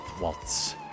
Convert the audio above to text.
Waltz